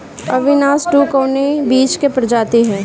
अविनाश टू कवने बीज क प्रजाति ह?